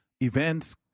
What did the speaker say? events